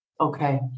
Okay